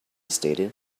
stated